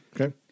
okay